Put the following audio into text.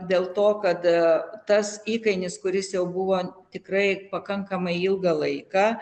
dėl to kad tas įkainis kuris jau buvo tikrai pakankamai ilgą laiką